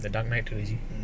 the dark knight too easy